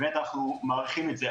אנחנו מעריכים את זה.